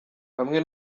bamwe